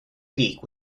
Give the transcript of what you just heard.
peak